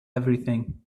everything